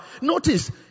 notice